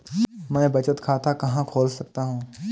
मैं बचत खाता कहाँ खोल सकता हूँ?